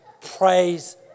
praise